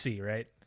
right